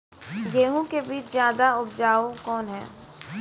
गेहूँ के बीज ज्यादा उपजाऊ कौन है?